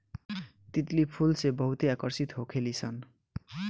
तितली फूल से बहुते आकर्षित होखे लिसन